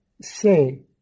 say